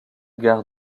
gare